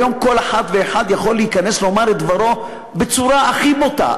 היום כל אחת ואחד יכולים להיכנס ולומר את דברם בצורה הכי בוטה.